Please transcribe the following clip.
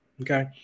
okay